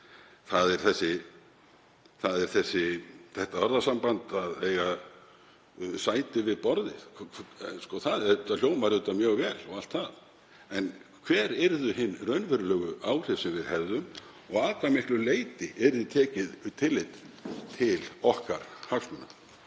Það er þetta orðasamband að eiga sæti við borðið. Það hljómar auðvitað mjög vel og allt það. En hver yrðu hin raunverulegu áhrif sem við hefðum og að hve miklu leyti yrði tekið tillit til okkar hagsmuna?